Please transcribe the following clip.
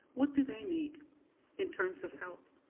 what do they need in terms of help?